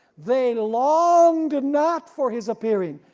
they longed not for his appearing,